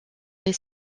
les